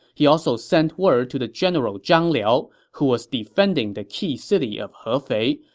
he also sent word to the general zhang liao, who was defending the key city of hefei,